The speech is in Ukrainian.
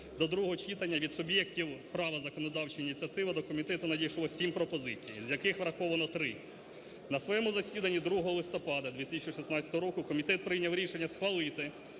до другого читання, від суб'єктів права законодавчої ініціативи до комітету надійшло 7 пропозицій, з яких враховано 3. На своєму засіданні 2 листопада 2016 року комітет прийняв рішення схвалити